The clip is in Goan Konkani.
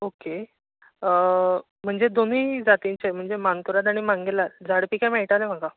ओके म्हणजे दोनूय जातींचे म्हणजे मानकुराद आनी मांगिलार झाड पिके मेळटले म्हाका